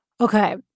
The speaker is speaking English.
Okay